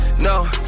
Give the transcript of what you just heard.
no